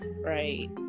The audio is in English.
right